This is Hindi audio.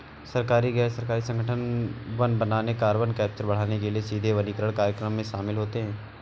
सरकारी, गैर सरकारी संगठन वन बनाने, कार्बन कैप्चर बढ़ाने के लिए सीधे वनीकरण कार्यक्रमों में शामिल होते हैं